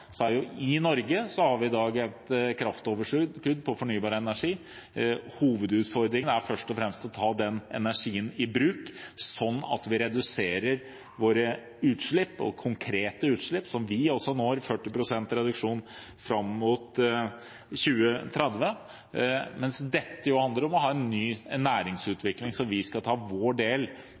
i Norge i dag et kraftoverskudd på fornybar energi. Hovedutfordringen er først og fremst å ta den energien i bruk, sånn at vi reduserer våre konkrete utslipp, så vi også når 40 pst. reduksjon fram mot 2030, mens dette jo handler om å ha en ny næringsutvikling der vi skal ta vår del